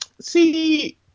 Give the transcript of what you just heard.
see